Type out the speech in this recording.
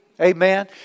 Amen